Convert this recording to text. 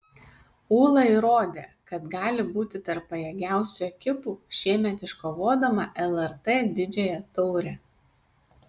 ūla įrodė kad gali būti tarp pajėgiausių ekipų šiemet iškovodama lrt didžiąją taurę